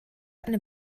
eine